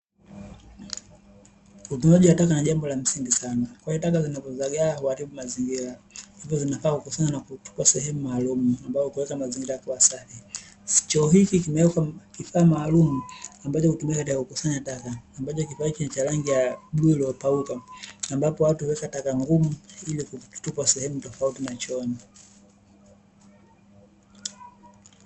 Utupaji wa taka ni jambo la msingi sana kwani taka zinapozagaa huaribu mazigira hivo zinafaa kukusanywa na kutupwa sehemu maalumu ambayo huweka mazingira kuwa safi. Choo hiki kimewekwa kifaa maalumu ambacho hutumika katika kukusanya taka, ambacho kifaa hiki ni cha rangi ya bluu iliyopauka ambapo watu huweka taka ngumu ili kutupa sehemu tofauti na chooni.